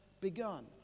begun